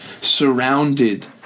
surrounded